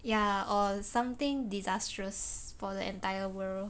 ya or something disastrous for the entire world